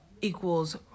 equals